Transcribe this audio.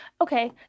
Okay